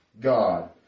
God